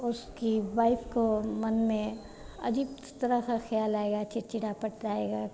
उसकी वाइफ़ को मन में अजीब तरह का ख़याल आएगा चिड़चिड़ाप आएगा